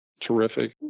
terrific